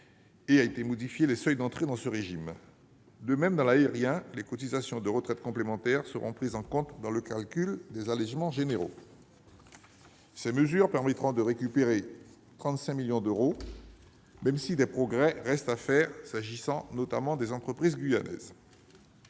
» et les seuils d'entrée dans ce régime ont été modifiés. De même, dans le secteur aérien, les cotisations de retraite complémentaire seront prises en compte dans le calcul des allégements généraux. Ces mesures permettront de récupérer 35 millions d'euros, même si des progrès restent à faire, s'agissant notamment des entreprises guyanaises.